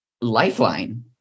lifeline